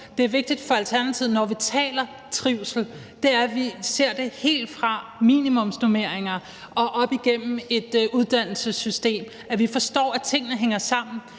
Det er vigtigt for Alternativet, når vi taler trivsel, at vi ser det helt fra minimumsnormeringer og op igennem et uddannelsessystem, at vi forstår, at tingene hænger sammen,